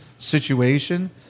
situation